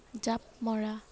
জাঁপ মৰা